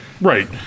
Right